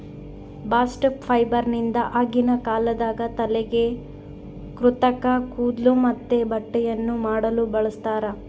bast ಫೈಬರ್ನಿಂದ ಆಗಿನ ಕಾಲದಾಗ ತಲೆಗೆ ಕೃತಕ ಕೂದ್ಲು ಮತ್ತೆ ಬಟ್ಟೆಯನ್ನ ಮಾಡಲು ಬಳಸ್ತಾರ